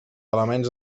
elements